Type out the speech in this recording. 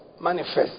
manifest